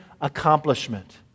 accomplishment